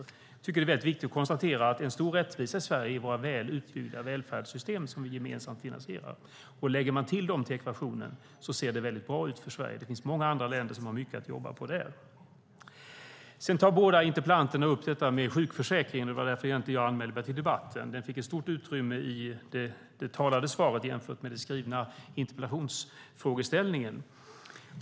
Jag tycker att det är viktigt att konstatera att en stor rättvisa i Sverige är våra väl utbyggda välfärdssystem som gemensamt finansieras. Lägger man till dessa till ekvationen ser det väldigt bra ut för Sverige. Det finns många länder som där har mycket att jobba på. Båda interpellanterna tar upp sjukförsäkringen - det var egentligen därför jag anmälde mig till debatten. Frågan fick stort utrymme i det muntliga svaret jämfört med den skrivna interpellationsfrågeställningen.